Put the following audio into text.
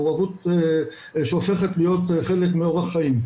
מעורבות שהופכת להיות חלק מאורח חיים,